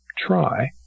try